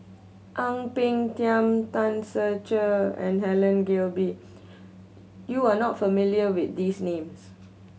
Ang Peng Tiam Tan Ser Cher and Helen Gilbey you are not familiar with these names